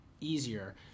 easier